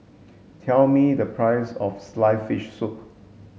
tell me the price of sliced fish soup